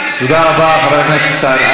חבר הכנסת ישראל אייכלר.